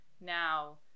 now